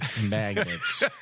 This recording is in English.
magnets